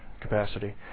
capacity